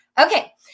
Okay